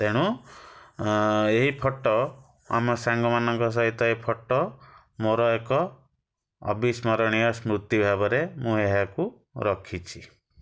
ତେଣୁ ଏହି ଫଟୋ ଆମ ସାଙ୍ଗମାନଙ୍କ ସହିତ ଏଇ ଫଟୋ ମୋର ଏକ ଅବିସ୍ମରଣୀୟ ସ୍ମୃତି ଭାବରେ ମୁଁ ଏହାକୁ ରଖିଛି